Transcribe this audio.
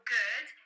good